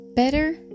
Better